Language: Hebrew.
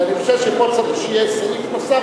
ואני חושב שפה צריך שיהיה סעיף נוסף,